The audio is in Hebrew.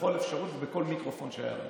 בכל אפשרות ובכל מיקרופון שהיה לו.